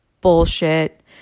bullshit